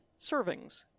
servings